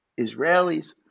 Israelis